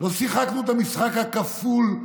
לא שיחקנו את המשחק הכפול,